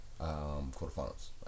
quarterfinals